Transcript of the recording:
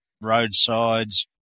roadsides